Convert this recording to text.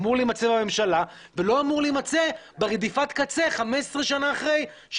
אמור להימצא בממשלה ולא אמור להימצא ברדיפת קצה חמש עשרה שנה אחרי,